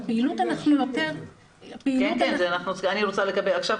אנחנו נשמע בהמשך גם